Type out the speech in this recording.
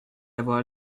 avoir